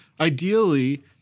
ideally